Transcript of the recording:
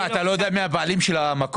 אתה לא יודע מיהם הבעלים של המקום?